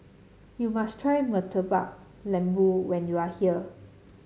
you must try Murtabak Lembu when you are here